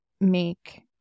make